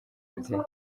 ababyeyi